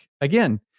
again